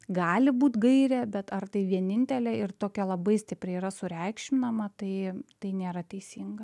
gali būt gairė bet ar tai vienintelė ir tokia labai stipriai yra sureikšminama tai tai nėra teisinga